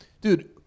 dude